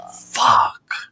Fuck